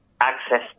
access